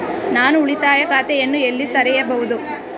ನಾನು ಉಳಿತಾಯ ಖಾತೆಯನ್ನು ಎಲ್ಲಿ ತೆರೆಯಬಹುದು?